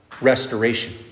restoration